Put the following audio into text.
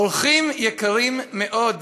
אורחים יקרים מאוד,